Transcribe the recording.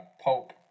Pope